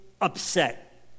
upset